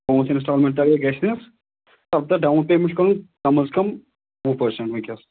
پانٛژھ اِنسٹالمٮ۪نٛٹ تہِ اَگرَے گژھِنس اَلبتہ ڈاوُن پیمٮ۪نٛٹ چھِ کَرُن کَم اَز کَم وُہ پٔرسنٛٹ وٕنۍکٮ۪س